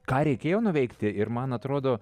ką reikėjo nuveikti ir man atrodo